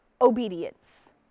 obedience